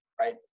right